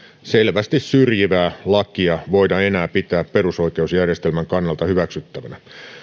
selvästi syrjivää lakia voida enää pitää perusoikeusjärjestelmän kannalta hyväksyttävänä